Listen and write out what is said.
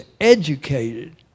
educated